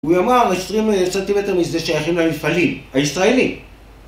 הוא יאמר, עשרים סנטימטר מזה שייכים למפעלים הישראלים